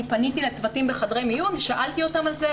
אני פניתי לצוותים בחדרי המיון ושאלתי אותם על זה.